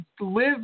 live